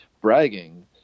bragging